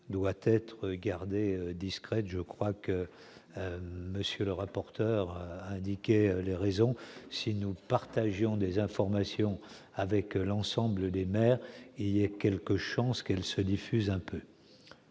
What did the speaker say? doit être gardée discrète, je crois que monsieur le rapporteur, indiquer les raisons si nous partagions des informations avec l'ensemble des maires et quelques chances qu'elle se diffuse un peu.